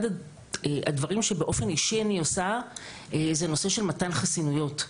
הדברים שבאופן אישי אני עושה זה נושא של מתן חסינויות.